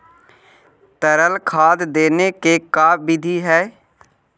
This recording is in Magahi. तरल खाद देने के का बिधि है?